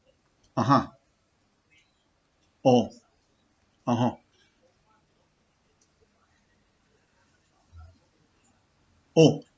oh (uh huh) oh